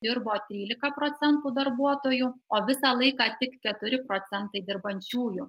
dirbo trylika procentų darbuotojų o visą laiką tik keturi procentai dirbančiųjų